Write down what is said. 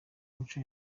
umuco